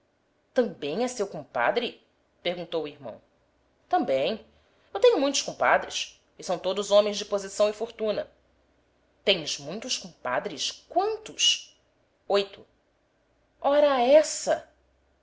também é seu compadre perguntou o irmão também eu tenho muitos compadres e são todos homens de posição e fortuna tens muitos compadres quantos oito ora essa